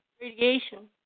radiation